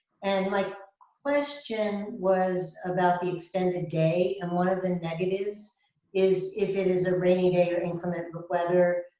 and my question was about the extended day. and one of the negatives is if it is a rainy day or inclement weather,